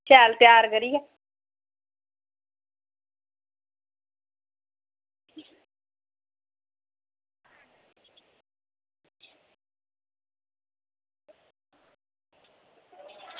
शैल त्यार करियै